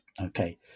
okay